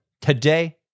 today